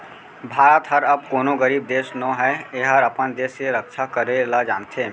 भारत हर अब कोनों गरीब देस नो हय एहर अपन देस के रक्छा करे ल जानथे